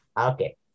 Okay